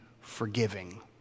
forgiving